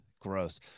Gross